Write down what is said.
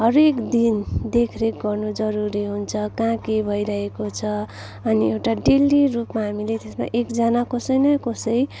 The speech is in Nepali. हरएक दिन देखरेख गर्नु जरुरी हुन्छ कहाँ के भइरहेको छ अनि एउटा डेली रूपमा हामीले त्यसमा एकजना कसै न कसै